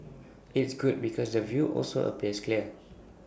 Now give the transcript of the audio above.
it's good because the view also appears clear